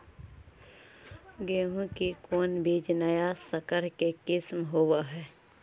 गेहू की कोन बीज नया सकर के किस्म होब हय?